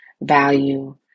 value